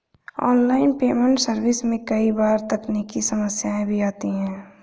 online payment service में कई बार तकनीकी समस्याएं भी आती है